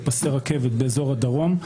פסי רכבת באזור הדרום.